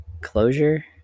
closure